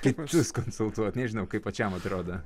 kaip jus konsultuot nežinau kaip pačiam atrodo